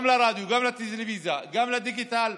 גם ברדיו, גם בטלוויזיה, גם בדיגיטל,